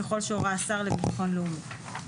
ככל שהורה השר לביטחון לאומי.